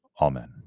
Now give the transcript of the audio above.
Amen